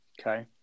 Okay